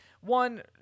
one